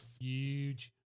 huge